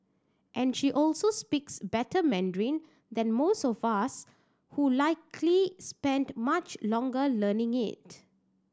and she also speaks better Mandarin than most of us who likely spent much longer learning it